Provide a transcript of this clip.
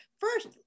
first